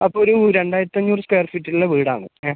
അപ്പം ഒരു രണ്ടായിരത്തഞ്ഞൂർ സ്കൊയർ ഫീറ്റുള്ള വീടാണ് ഏ